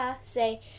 say